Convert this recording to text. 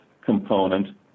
component